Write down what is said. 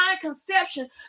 conception